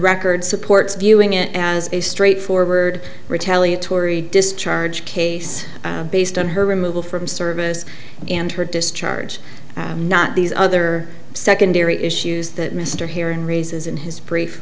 record supports viewing it as a straightforward retaliatory discharge case based on her removal from service and her discharge not these other secondary issues that mr heron raises in his brief